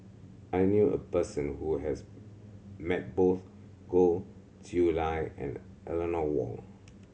I knew a person who has met both Goh Chiew Lye and Eleanor Wong